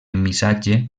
missatge